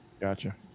Gotcha